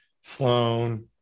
sloan